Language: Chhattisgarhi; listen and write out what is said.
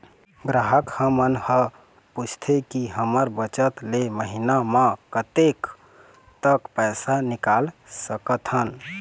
ग्राहक हमन हर पूछथें की हमर बचत ले महीना मा कतेक तक पैसा निकाल सकथन?